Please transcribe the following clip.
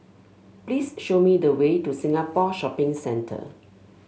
please show me the way to Singapore Shopping Centre